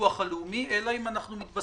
בביטוח הלאומי אלא אם כן אנו מתבשרים